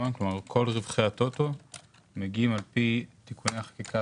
כלומר כל רווחי הטוטו מגיעים על פי תיקוני החקיקה